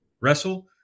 wrestle